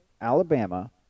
Alabama